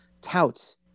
touts